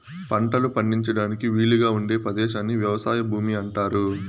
పంటలు పండించడానికి వీలుగా ఉండే పదేశాన్ని వ్యవసాయ భూమి అంటారు